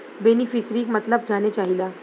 बेनिफिसरीक मतलब जाने चाहीला?